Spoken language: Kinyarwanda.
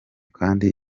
kandi